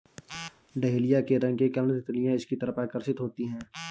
dahlia के रंग के कारण तितलियां इसकी तरफ आकर्षित होती हैं